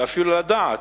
ואפילו לדעת,